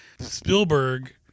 spielberg